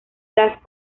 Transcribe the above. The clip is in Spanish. las